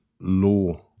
law